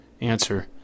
Answer